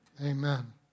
Amen